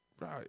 Right